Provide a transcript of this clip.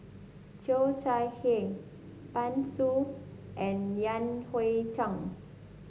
Cheo Chai Hiang Pan Shou and Yan Hui Chang